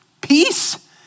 peace